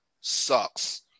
sucks